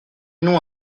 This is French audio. nom